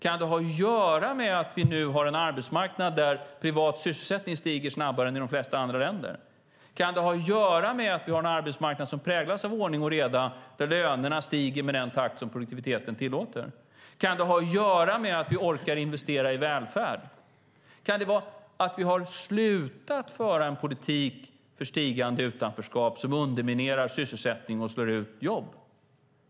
Kan det ha att göra med att vi nu har en arbetsmarknad där privat sysselsättning stiger snabbare än i de flesta andra länder? Kan det ha att göra med att vi har en arbetsmarknad som präglas av ordning och reda där lönerna stiger med den takt som produktiviteten tillåter? Kan det ha att göra med att vi orkar investera i välfärd? Kan det bero på att vi har slutat föra en politik för stigande utanförskap som underminerar sysselsättning och slår ut jobb?